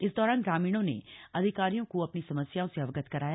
इस दौरान ग्रामीणों ने अधिकारियों को अपनी समस्याओं से अवगत कराया